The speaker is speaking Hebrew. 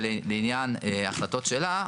שלעניין החלטות שלה,